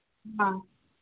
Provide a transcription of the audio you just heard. ꯑꯥ